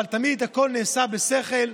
אבל תמיד הכול נעשה בשכל.